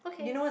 okay